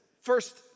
first